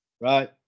right